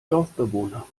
dorfbewohner